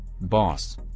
boss